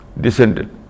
descended